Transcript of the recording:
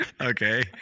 Okay